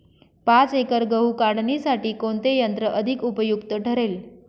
पाच एकर गहू काढणीसाठी कोणते यंत्र अधिक उपयुक्त ठरेल?